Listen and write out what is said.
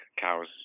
cows